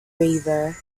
river